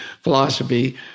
philosophy